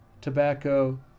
tobacco